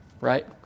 right